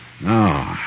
No